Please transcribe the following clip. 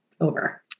over